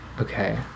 Okay